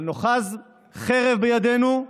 אבל נאחז חרב בידינו,